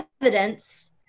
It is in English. evidence